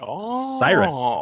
Cyrus